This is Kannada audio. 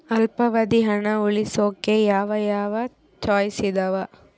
ಅಲ್ಪಾವಧಿ ಹಣ ಉಳಿಸೋಕೆ ಯಾವ ಯಾವ ಚಾಯ್ಸ್ ಇದಾವ?